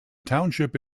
township